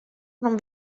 non